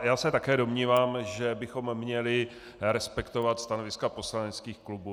Já se také domnívám, že bychom měli respektovat stanoviska poslaneckých klubů.